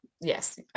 yes